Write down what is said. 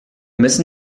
müssen